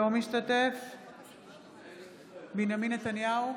אינו משתתף בהצבעה בנימין נתניהו,